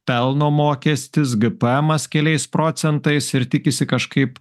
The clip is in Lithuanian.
pelno mokestis gpemas keliais procentais ir tikisi kažkaip